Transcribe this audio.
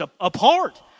apart